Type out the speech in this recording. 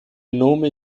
nome